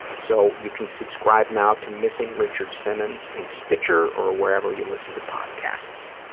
so you can subscribe now to missing richard simmons in stitcher or wherever you listen to podcasts.